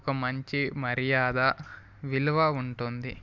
ఒక మంచి మర్యాద విలువ ఉంటుంది